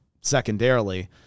secondarily